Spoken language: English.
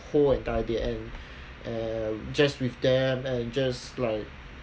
whole entire day and and uh just with them and just like